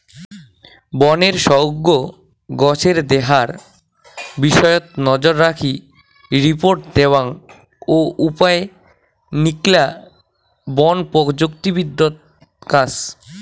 বনের সউগ্ গছের দেহার বিষয়ত নজররাখি রিপোর্ট দ্যাওয়াং ও উপায় নিকলা বন প্রযুক্তিবিদত কাজ